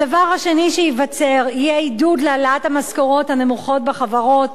הדבר השני שייווצר יהיה עידוד להעלאת המשכורות הנמוכות בחברות.